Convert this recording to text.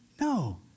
No